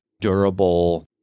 durable